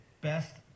best